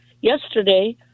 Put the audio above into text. yesterday